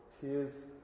tears